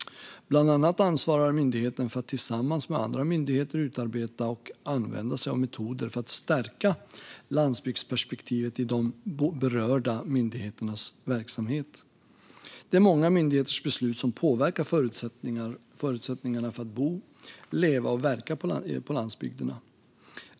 Bland annat ansvarar myndigheten för att tillsammans med andra myndigheter utarbeta och använda sig av metoder för att stärka landsbygdsperspektivet i de berörda myndigheternas verksamhet. Det är många myndigheters beslut som påverkar förutsättningarna för att bo, leva och verka på landsbygderna.